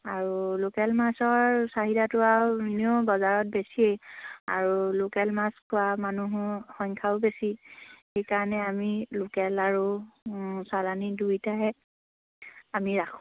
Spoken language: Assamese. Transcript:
আৰু লোকেল মাছৰ চাহিদাটো আৰু এনেও বজাৰত বেছিয়েই আৰু লোকেল মাছ খোৱা মানুহো সংখ্যাও বেছি সেইকাৰণে আমি লোকেল আৰু চালানী দুইটাই আমি ৰাখোঁ